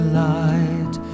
light